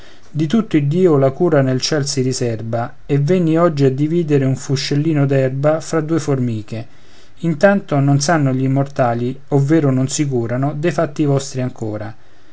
di tutto iddio la cura nel cielo si riserba e venni oggi a dividere un fuscellino d'erba fra due formiche intanto non sanno gli immortali ovvero non si curano dei fatti vostri ancora